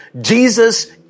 Jesus